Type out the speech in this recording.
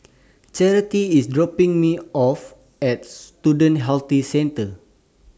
Charity IS dropping Me off At Student Health Centre